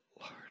Lord